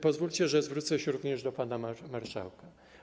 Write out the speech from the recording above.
Pozwólcie, że zwrócę się również do pana marszałka.